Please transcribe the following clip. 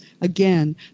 again